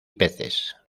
peces